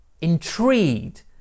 intrigued